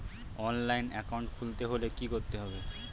অনলাইনে একাউন্ট খুলতে হলে কি করতে হবে?